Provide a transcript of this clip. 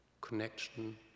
connection